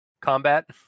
Combat